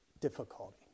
difficulty